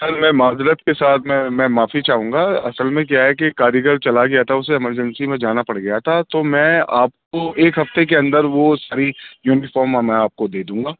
سر میں معذرت کے ساتھ میں میں معافی چاہوں گا اصل میں کیا ہے کہ کاریگر چلا گیا تھا اُسے ایمرجنسی میں جانا پڑ گیا تھا تو میں آپ کو ایک ہفتے کے اندر وہ صحیح یونیفارم میں آپ کو دے دوں گا